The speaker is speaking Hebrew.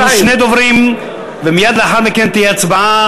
יש לנו שני דוברים ומייד לאחר מכן תהיה הצבעה.